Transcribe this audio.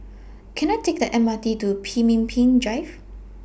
Can I Take The M R T to Pemimpin Drive